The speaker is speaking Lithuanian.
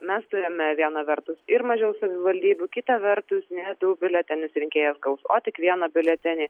mes turime vieną vertus ir mažiau savivaldybių kita vertus ne du biuletenius rinkėjas gaus o tik vieną biuletenį